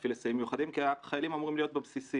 להפעיל היסעים מיוחדים כי החיילים אמורים להיות בבסיסים.